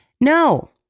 No